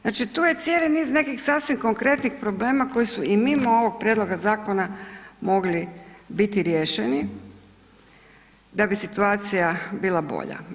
Znači tu je cijeli niz nekih sasvim konkretnih problema koji su i mimo ovoga prijedloga zakona mogli biti riješeni da bi situacija bila bolja.